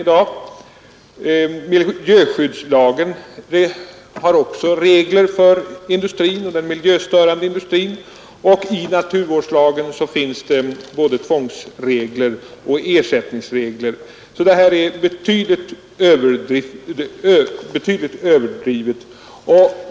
Miljöskyddslagen har också regler för den miljöstörande industrin, och i naturvårdslagen finns det både tvångsregler och ersättningsregler. Så herr Lundkvists oro är betydligt överdriven.